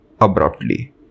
abruptly